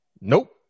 Nope